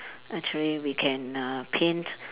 actually we can uh paint